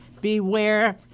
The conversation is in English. beware